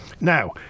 Now